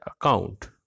account